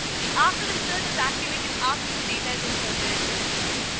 the after insert is activated after the data is inserted into the table.